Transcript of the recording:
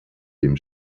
dem